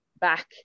back